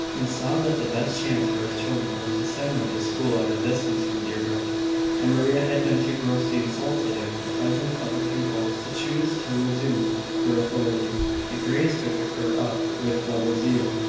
and saw that the best chance for his children was to send them to school at a distance from deerbrook and maria had been too grossly insulted in the presence of her pupils to choose to resume her authority. the greys took her up with double zeal,